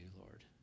Lord